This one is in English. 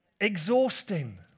exhausting